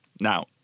Now